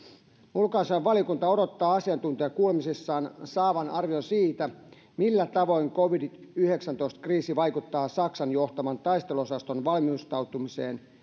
ulkoasiainvaliokunta odottaa asiantuntijakuulemisessaan saavansa arvion siitä millä tavoin covid yhdeksäntoista kriisi vaikuttaa saksan johtaman taisteluosaston valmistautumiseen